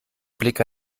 blick